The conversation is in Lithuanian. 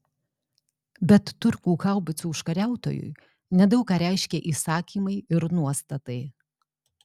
bet turkų haubicų užkariautojui nedaug ką reiškė įsakymai ir nuostatai